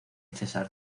cesar